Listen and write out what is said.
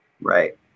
Right